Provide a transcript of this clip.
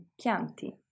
chianti